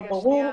לא ברור,